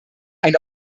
eine